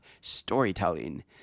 storytelling